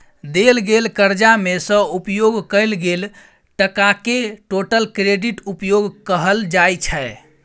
देल गेल करजा मे सँ उपयोग कएल गेल टकाकेँ टोटल क्रेडिट उपयोग कहल जाइ छै